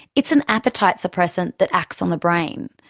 it's an appetite suppressant that acts on the brain.